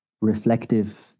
reflective